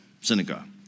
synagogue